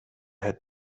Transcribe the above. had